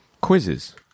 Quizzes